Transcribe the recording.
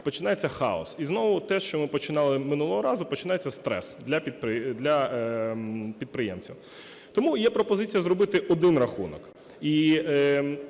починається хаос. І знову те, з чого ми починали минулого разу, починається стрес для підприємця. Тому є пропозиція зробити один рахунок